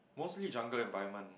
mostly jungle environment